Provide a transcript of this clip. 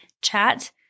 chat